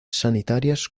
sanitarias